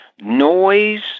noise